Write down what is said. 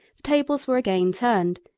the tables were again turned,